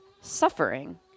suffering